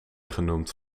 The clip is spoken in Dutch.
genoemd